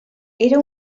era